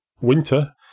winter